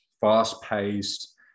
fast-paced